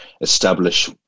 establish